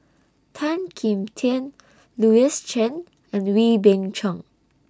Tan Kim Tian Louis Chen and Wee Beng Chong